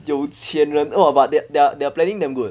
有钱人 !wah! but their their their planning damn good